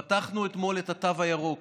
פתחנו אתמול את התו הירוק.